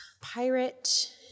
pirate